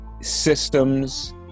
systems